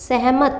सहमत